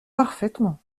parfaitement